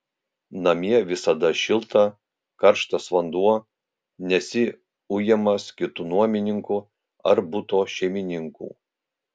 namie visada šilta karštas vanduo nesi ujamas kitų nuomininkų ar buto šeimininkų